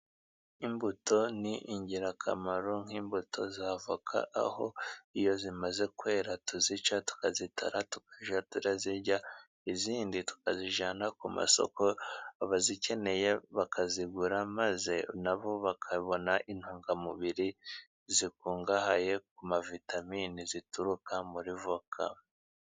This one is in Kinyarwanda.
Imbuto ni ingirakamaro nk'imbuto z' avoka, aho iyo zimaze kwera tuzica tukazitara tukajya tuzirya izindi tukazijyana ku masoko. Abazikeneye bakazigura maze nabo bakabona intungamubiri zikungahaye ku mavitamine zituruka muri voka.